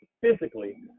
physically